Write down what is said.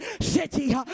City